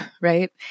right